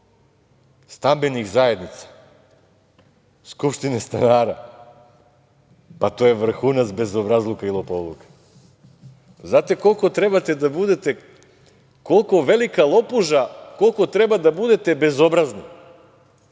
stambenih zajednica, skupštine stanara, pa to je vrhunac bezobrazluka i lopovluka. Znate koliko trebate da budete, koliko velika lopuža, koliko trebate da budete bezobrazni,